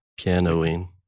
pianoing